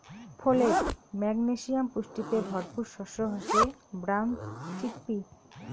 folate, magnesium পুষ্টিতে ভরপুর শস্য হসে ব্রাউন চিকপি